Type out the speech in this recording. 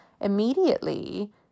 immediately